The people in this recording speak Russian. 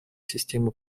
системы